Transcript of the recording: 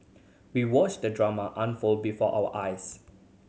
we watched the drama unfold before our eyes